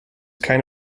kind